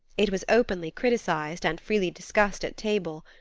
it was openly criticised and freely discussed at table.